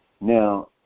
Now